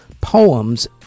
Poems